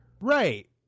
right